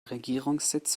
regierungssitz